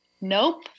nope